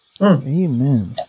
Amen